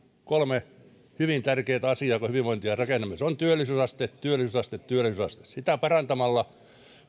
kolme hyvin tärkeätä asiaa kun hyvinvointia rakennamme työllisyysaste työllisyysaste työllisyysaste sitä parantamalla